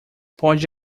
pode